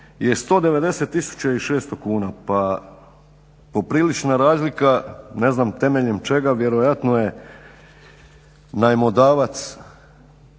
je 196 600 kuna. Pa poprilična razlika, ne znam temeljem čega, vjerojatno je najmodavac